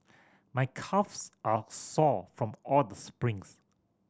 my calves are sore from all the sprints